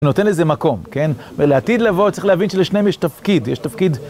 ונותן לזה מקום, כן? ולעתיד לבוא צריך להבין שלשניהם יש תפקיד, יש תפקיד.